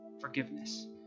forgiveness